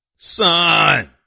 Son